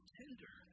tender